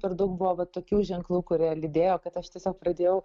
per daug buvo va tokių ženklų kurie lydėjo kad aš tiesiog pradėjau